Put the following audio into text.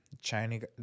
Chinese